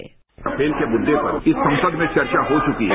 Rafale के मद्दे पर इस संसद में चर्चा हो चकी है